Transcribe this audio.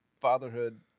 fatherhood